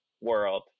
world